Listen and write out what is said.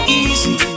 easy